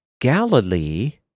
Galilee